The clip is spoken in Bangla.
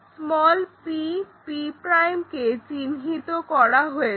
p p কে চিহ্নিত করা হয়েছে